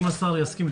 אם השר יסכים,